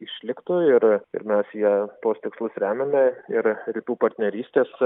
išliktų ir ir mes ją tuos tikslus remiame ir rytų partnerystės